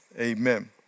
amen